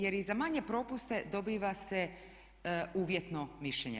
Jer i za manje propuste dobiva se uvjetno mišljenje.